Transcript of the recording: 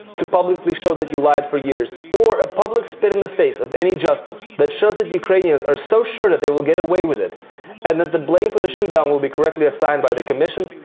to publically show that you lied for years, or a public spit in the face of any justice, that shows that ukrainians are so sure that they will get away with it and that blame for the shootdown will be correctly assigned by the commission,